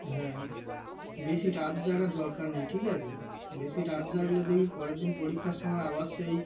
হ্যাঁ বেশি রাত জাগার দরকার নেই ঠিক আছে বেশি রাত জাগলে দেখবি পরের দিন পরীক্ষার সময় আবার সেই